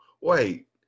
wait